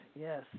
Yes